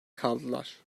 kaldılar